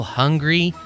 hungry